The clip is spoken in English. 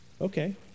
okay